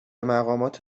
مقامات